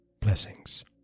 Blessings